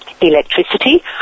electricity